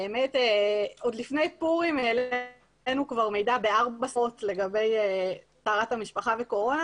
עוד לפני פורים העלינו מידע לגבי בארבע שפות לגבי טהרת המשפחה בקורונה